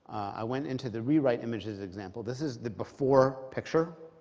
i went into the rewrite images example. this is the before picture,